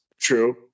True